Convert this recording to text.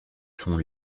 sont